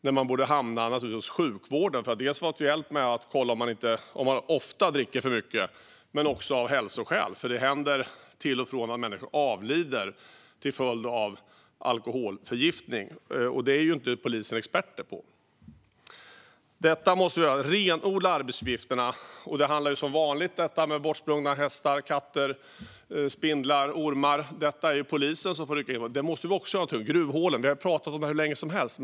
De borde naturligtvis hamna hos sjukvården, dels för att få hjälp med att kolla om de ofta dricker för mycket, dels av hälsoskäl. Det händer till och från att människor avlider till följd av alkoholförgiftning, och detta är ju inte polisen experter på. Vi måste renodla arbetsuppgifterna. När det handlar om bortsprungna hästar, katter, spindlar, ormar och gruvhål är det polisen som får rycka in. Detta måste vi också göra någonting åt. Vi har pratat om det hur länge som helst.